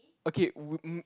okay